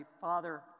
Father